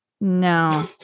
No